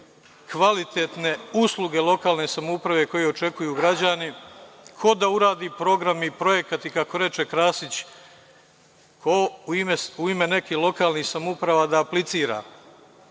kvalitetne usluge lokalne samouprave koji očekuju građani. Ko da uradi program i projekat i kako reče Krasić - ko u ime nekih lokalnih samouprava da aplicira?